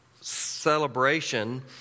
celebration